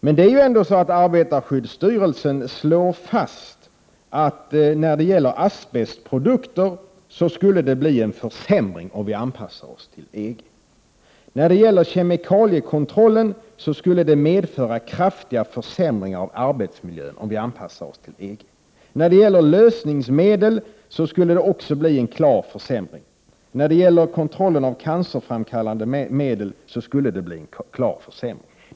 Men arbetarskyddsstyrelsen slår fast att när det gäller asbestprodukter skulle det bli en försämring om vi anpassar oss till EG. Beträffande kemikaliekontrollen skulle det medföra kraftiga försämringar av arbetsmiljön om vi anpassar oss till EG. När det gäller lösningsmedel skulle det också bli en klar försämring. I fråga om kontrollen av cancerfram kallande medel skulle det bli en klar försämring.